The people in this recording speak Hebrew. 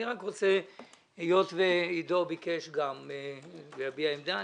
היות שעידו ביקש גם להביע עמדה,